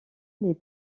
les